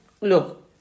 look